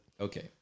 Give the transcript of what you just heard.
Okay